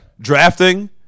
Drafting